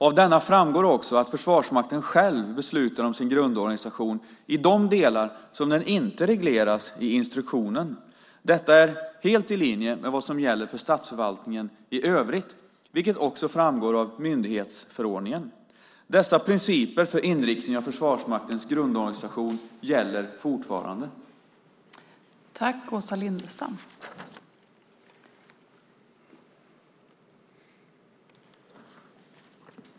Av denna framgår också att Försvarsmakten själv beslutar om sin grundorganisation i de delar där den inte regleras i instruktionen. Detta är helt i linje med vad som gäller för statsförvaltningen i övrigt, vilket också framgår av myndighetsförordningen . Dessa principer för inriktningen av Försvarsmaktens grundorganisation gäller fortfarande.